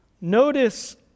notice